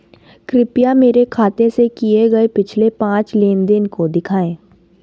कृपया मेरे खाते से किए गये पिछले पांच लेन देन को दिखाएं